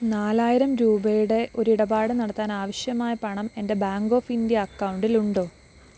നാലായിരം രൂപയുടെ ഒരു ഇടപാട് നടത്താൻ ആവശ്യമായ പണം എന്റെ ബാങ്ക് ഓഫ് ഇന്ത്യ അക്കൗണ്ടിൽ ഉണ്ടോ